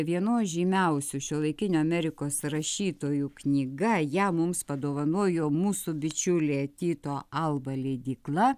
vienos žymiausių šiuolaikinių amerikos rašytojų knyga ją mums padovanojo mūsų bičiulė tyto alba leidykla